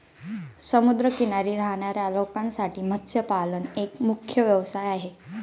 समुद्र किनारी राहणाऱ्या लोकांसाठी मत्स्यपालन एक मुख्य व्यवसाय आहे